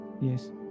Yes